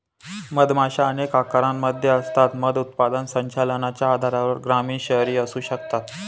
मधमाशा अनेक आकारांमध्ये असतात, मध उत्पादन संचलनाच्या आधारावर ग्रामीण, शहरी असू शकतात